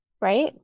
right